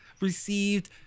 received